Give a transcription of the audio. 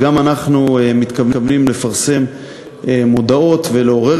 ואנחנו גם מתכוונים לפרסם מודעות ולעורר